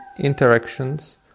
interactions